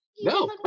No